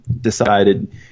decided